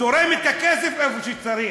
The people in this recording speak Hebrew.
תורם את הכסף איפה שצריך.